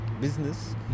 business